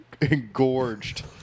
engorged